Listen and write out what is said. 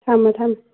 ꯊꯝꯃꯦ ꯊꯝꯃꯦ